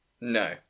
No